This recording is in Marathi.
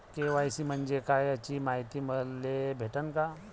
के.वाय.सी म्हंजे काय याची मायती मले भेटन का?